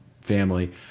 family